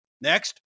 Next